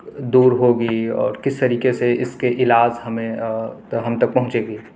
دور ہوگی اور کس طریقے سے اس کے علاج ہمیں ہم تک پہنچے گی